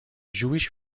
jewish